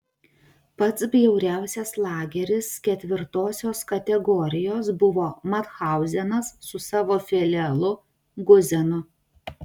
pats bjauriausias lageris ketvirtosios kategorijos buvo mathauzenas su savo filialu guzenu